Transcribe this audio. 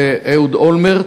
אהוד אולמרט,